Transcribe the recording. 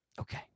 Okay